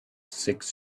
six